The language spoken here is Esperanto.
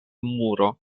muro